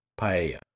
paella